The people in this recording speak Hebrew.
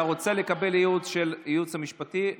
אתה רוצה לקבל ייעוץ של הייעוץ המשפטי,